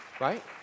Right